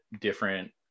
different